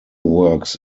works